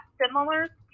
similar